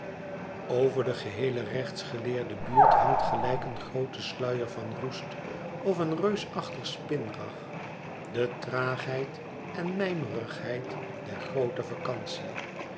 over de geheele rechtsgeleerde buurt hangt gelijk een groote sluier van roest of een reusachtig spinrag de traagheid en mijmerigheid der groote vacantie